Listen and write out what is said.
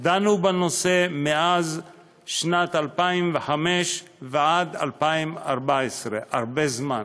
דנו בנושא משנת 2005 עד שנת 2014. הרבה זמן.